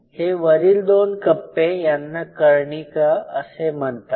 आणि हे वरील दोन कप्पे यांना कर्णिका असे म्हणतात